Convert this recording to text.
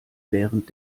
während